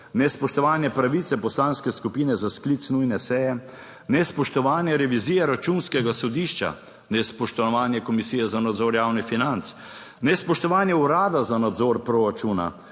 nespoštovanje pravice poslanske skupine za sklic nujne seje, nespoštovanje revizije Računskega sodišča, nespoštovanje Komisije za nadzor javnih financ, nespoštovanje Urada za nadzor proračuna,